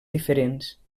diferents